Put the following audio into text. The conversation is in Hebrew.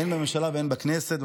הן בממשלה והן בכנסת,